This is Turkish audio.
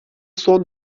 son